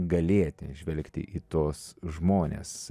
galėti žvelgti į tuos žmones